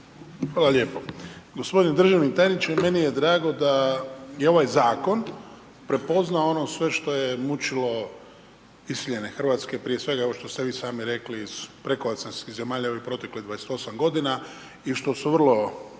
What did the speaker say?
Hvala lijepo. Gospodine državni tajniče, meni je drago da je ovaj zakon prepoznao ono sve što je mučilo iseljene Hrvatske, prije svega ovo što ste vi sami rekli, prekooceanskih zemalja ili proteklih 28 g. i što su vrlo